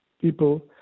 people